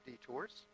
detours